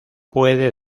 puede